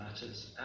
matters